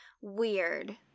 weird